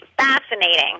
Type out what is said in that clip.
fascinating